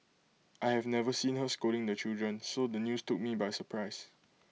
I have never seen her scolding the children so the news took me by surprise